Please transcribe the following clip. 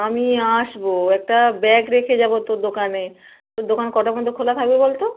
আমি আসবো একটা ব্যাগ রেখে যাবো তোর দোকানে তোর দোকান কটা পর্যন্ত খোলা থাকবে বলতো